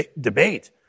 debate